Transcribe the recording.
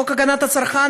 חוק הגנת הצרכן,